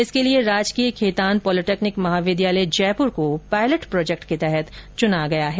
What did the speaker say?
इसके लिए राजकीय खेतान पॉलिटेक्निक महाविद्यालय जयपुर को पायलेट प्रोजेक्ट के तहत चुना गया है